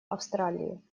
австралии